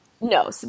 no